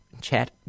chat